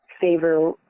favor